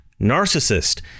narcissist